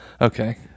Okay